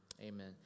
Amen